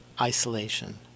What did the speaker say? isolation